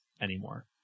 anymore